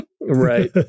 Right